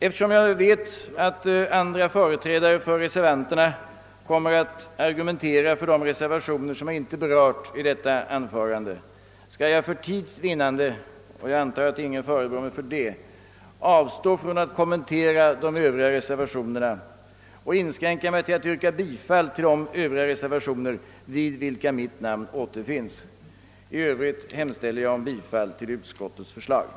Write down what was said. Eftersom jag vet att andra företrädare för reservanterna kommer att argumeniera för de reservationer, som jag inte berört i detta anförande, skall jag för tids vinnande — och jag antar att ingen förebrår mig för det — avstå från att kommentera övriga reservationer och inskränka mig till att yrka bifall till de reservationer vid vilka mitt namn återfinns. I övrigt yrkar jag bifall till utskottets hemställan.